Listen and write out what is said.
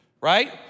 right